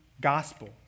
gospel